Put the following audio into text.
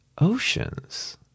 oceans